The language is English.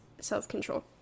self-control